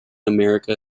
america